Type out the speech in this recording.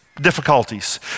difficulties